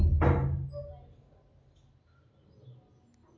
ಬಡ್ಡಿ ದರದ್ ಅಪಾಯಾ ಆಗೊದನ್ನ ಹೆಂಗ್ ತಡೇಬಕು?